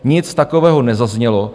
Nic takového nezaznělo.